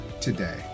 today